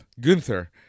Gunther